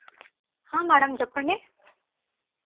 హా మేడం చెప్పండి